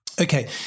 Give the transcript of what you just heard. Okay